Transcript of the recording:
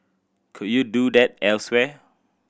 could you do that elsewhere